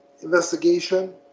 investigation